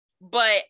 But-